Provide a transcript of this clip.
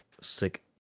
sick